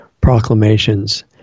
proclamations